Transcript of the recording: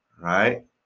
Right